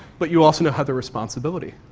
but you also now have the responsibility.